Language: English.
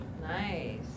nice